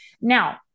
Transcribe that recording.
now